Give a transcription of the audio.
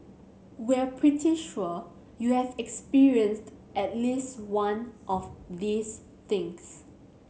we're pretty sure you have experienced at least one of these things